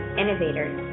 innovators